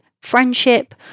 friendship